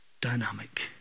Dynamic